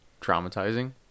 traumatizing